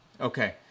Okay